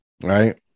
right